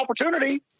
opportunity